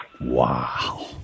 Wow